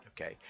Okay